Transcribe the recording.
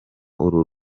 uru